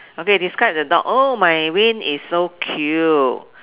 okay describe the dog oh my Wayne is so cute